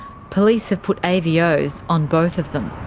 police have put avos on both of them.